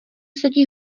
sedí